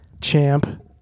Champ